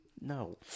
No